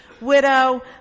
widow